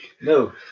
No